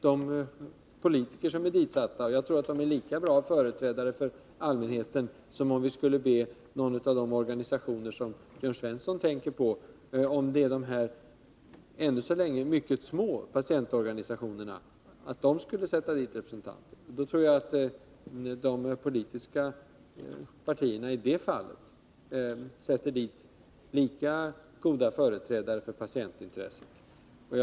Jag tror att man på det sättet får lika bra företrädare för allmänheten som om representanterna skulle utses av de än så länge mycket små patientorganisationer som Jörn Svensson tänker på. I det fallet tror jag att de politiska partierna utser lika goda företrädare för patientintressena.